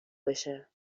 بشه